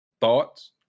Thoughts